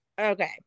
Okay